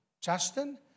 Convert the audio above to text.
Justin